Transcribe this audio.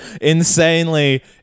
Insanely